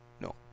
No